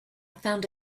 found